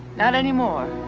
not anymore.